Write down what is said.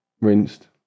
rinsed